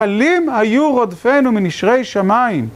קלים היו רודפנו מנשרי שמיים.